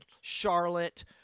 Charlotte